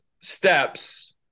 steps